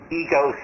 ego